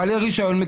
בעלי רישיון,